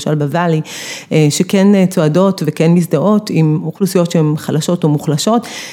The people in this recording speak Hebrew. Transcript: ‫למשל בוואלי, שכן צועדות וכן מזדהות ‫עם אוכלוסיות שהן חלשות או מוחלשות.